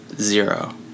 Zero